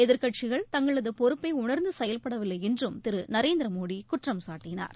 எதிர்க்கட்சிகள் தங்களது பொறுப்பை உணர்ந்து செயல்படவில்லை என்றும் திரு நரேந்திர மோடி குற்றம்சாட்டினார்